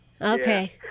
Okay